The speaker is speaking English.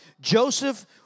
Joseph